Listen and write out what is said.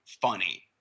funny